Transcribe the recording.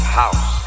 house